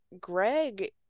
greg